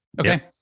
okay